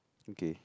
okay